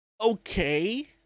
okay